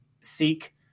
seek